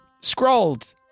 scrawled